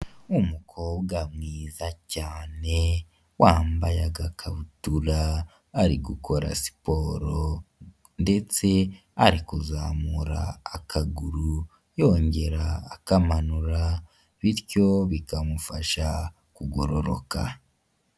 Umukobwa mwiza cyane wambaye agakabutura ari gukora siporo ndetse ari kuzamura akaguru yongera akamanura bityo bikamufasha kugororoka.